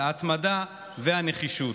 ההתמדה והנחישות.